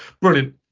Brilliant